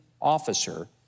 officer